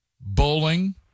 Bowling